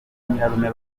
nyirarume